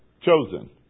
Chosen